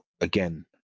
again